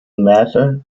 matter